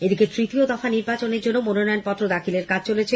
রাজ্যে তৃতীয় দফা নির্বাচনের জন্য মনোনয়ন পত্র দাখিলের কাজ চলেছে